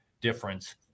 difference